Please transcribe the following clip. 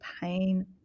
pain